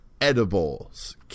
edibles